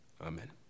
Amen